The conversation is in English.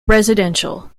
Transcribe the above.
residential